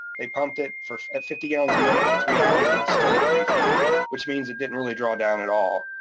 they pumped it at fifty gallons a minute for three hours and it's still at three feet which means it didn't really draw down at all.